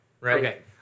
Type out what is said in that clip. Right